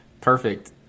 perfect